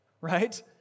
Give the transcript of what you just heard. right